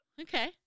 Okay